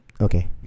Okay